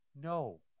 No